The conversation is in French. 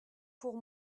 pour